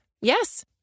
Yes